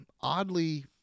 oddly